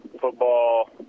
football